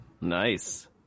Nice